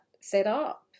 setup